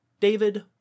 David